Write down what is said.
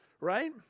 right